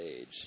age